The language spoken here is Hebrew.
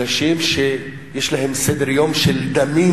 אנשים שיש להם סדר-יום של דמים,